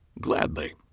Gladly